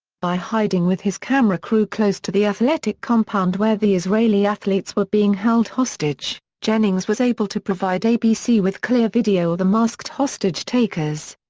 by hiding with his camera crew close to the athletic compound where the israeli athletes were being held hostage, jennings was able to provide abc with clear video of the masked hostage-takers.